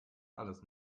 alles